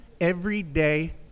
everyday